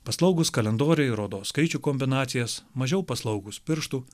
paslaugūs kalendoriai rodo skaičių kombinacijas mažiau paslaugūs pirštų